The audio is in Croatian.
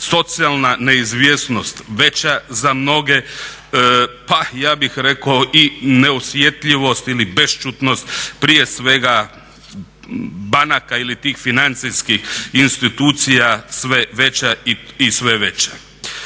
socijalna neizvjesnost veća za mnoge, pa ja bih rekao i neosjetljivost ili bešćutnost prije svega banaka ili tih financijskih institucija sve veća i sve veća.